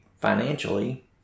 financially